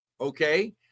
okay